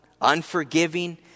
unforgiving